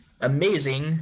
amazing